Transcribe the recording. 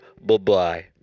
Bye-bye